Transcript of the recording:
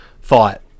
thought